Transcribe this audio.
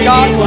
God